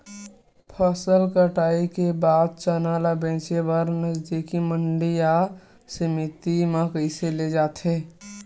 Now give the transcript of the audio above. फसल कटाई के बाद चना ला बेचे बर नजदीकी मंडी या समिति मा कइसे ले जाथे?